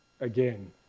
again